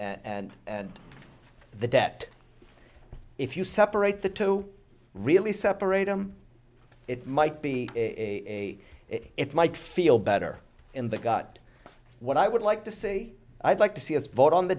and the debt if you separate the two really separate them it might be a it might feel better in the gut what i would like to say i'd like to see us vote on the